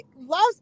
loves